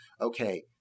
okay